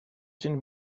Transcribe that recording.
تونی